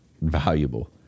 valuable